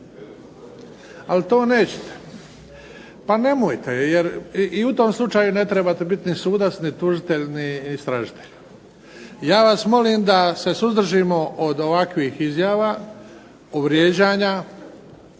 Ali to nećete. Pa nemojte, jer i u tom slučaju ne trebate biti ni sudac ni tužitelj ni istražitelj. Ja vas molim da se suzdržimo od ovakvih izjava, vrijeđanja